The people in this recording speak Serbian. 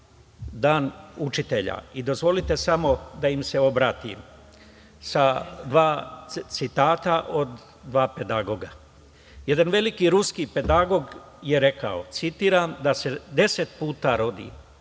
dan učitelja. Dozvolite samo da im se obratim sa dva citata od dva pedagoga. Jedan veliki ruski pedagog je rekao: „Da se 10 puta rodi,